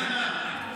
מי מנע ב-2013?